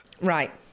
Right